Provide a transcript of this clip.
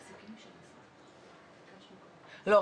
לא,